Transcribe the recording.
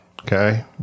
Okay